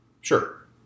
Sure